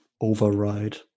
override